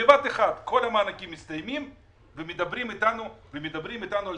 בבת אחת כל המענקים מסתיימים ומדברים איתנו על